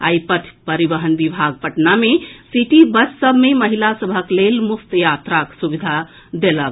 आइ पथ परिवहन विभाग पटना मे सिटी बस सभ मे महिला सभक लेल मुफ्त यात्राक सुविधा देलक